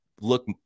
look